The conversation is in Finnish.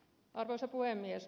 arvoisa puhemies